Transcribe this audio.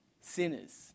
sinners